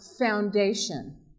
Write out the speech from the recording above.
foundation